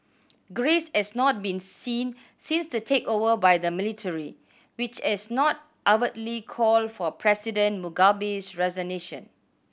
grace has not been seen since the takeover by the military which has not overtly called for President Mugabe's resignation